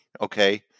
Okay